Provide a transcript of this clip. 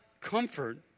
comfort